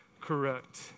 correct